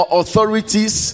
authorities